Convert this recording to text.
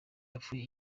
yapfuye